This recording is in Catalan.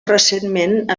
recentment